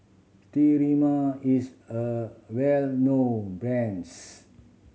Sterimar is a well known brands